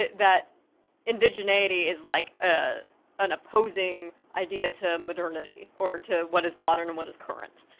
that indigeneity is like ah an opposing idea to modernity, or to what is modern, and what is current.